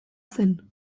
zen